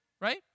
Right